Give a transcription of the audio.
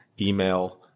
email